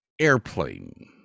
Airplane